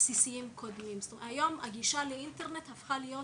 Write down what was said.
בסיסיים קודמים, היום הגישה לאינטרנט הפכה להיות